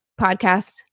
podcast